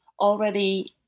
already